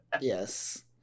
Yes